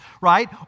right